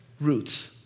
roots